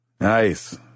Nice